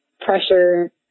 pressure